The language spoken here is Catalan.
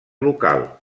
local